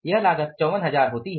यह लागत 54000 होती है